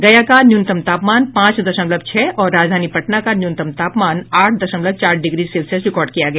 गया का न्यूनतम तापमान पांच दशमलव छह और राजधानी पटना का न्यूनतम तापमान आठ दशमलव चार डिग्री सेल्सियस रिकॉर्ड किया गया